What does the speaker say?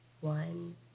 one